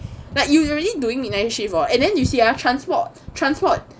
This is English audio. like usually during the night shift orh and then you see ah transport transport